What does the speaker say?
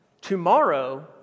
tomorrow